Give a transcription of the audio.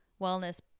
wellness